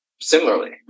similarly